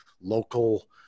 local